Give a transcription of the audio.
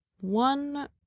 one